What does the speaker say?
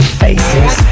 faces